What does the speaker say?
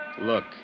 Look